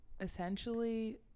essentially